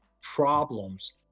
problems